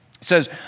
says